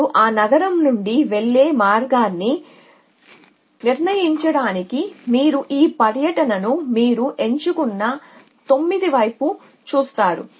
అప్పుడు ఆ నగరం నుండి వెళ్ళే మార్గాన్ని నిర్ణయించడానికి మీరు ఈ పర్యటనను మీరు ఎంచుకున్న 6 వైపు చూస్తారు